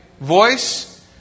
voice